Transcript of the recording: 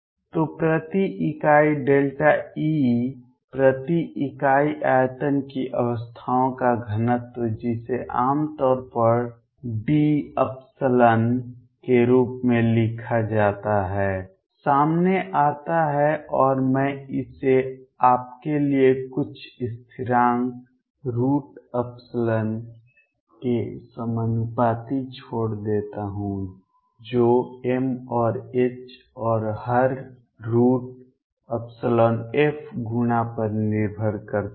तो प्रति इकाई E प्रति इकाई आयतन की अवस्थाओं का घनत्व जिसे आमतौर पर Dϵ के रूप में लिखा जाता है सामने आता है और मैं इसे आपके लिए कुछ स्थिरांक के समानुपाती छोड़ देता हूं जो m और h और हर F गुना पर निर्भर करता है